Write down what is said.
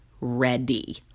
ready